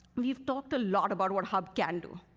we've talked a lot about what hub can do.